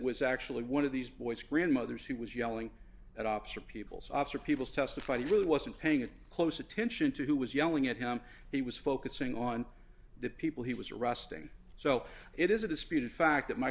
was actually one of these boys grandmothers who was yelling at officer people's officer peoples testified he really wasn't paying close attention to who was yelling at him he was focusing on the people he was rusting so it is a disputed fact that my